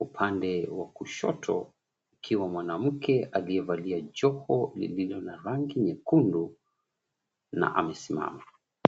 upande wa kushoto akiwa mwanamke akiwa amevalia joho lililo na rangi nyekundu na amesimama.